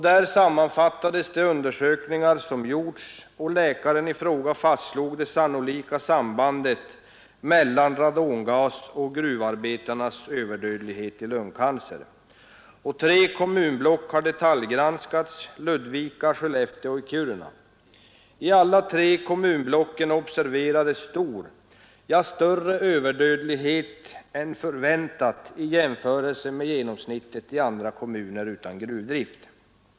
Där sammanfattades de undersökningar som gjorts, och läkaren i fråga fastslog det sannolika sambandet mellan radongas och gruvarbetarnas överdödlighet i lungcancer. Tre kommunblock har detaljgranskats — Ludvika, Skellefteå och Kiruna. I alla tre kommunblocken observerades stor överdödlighet större än förväntats — i jämförelse med genomsnittet i andra kommuner utan gruvdrift.